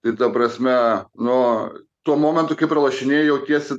tai ta prasme nuo to momento kai pralošinėji jautiesi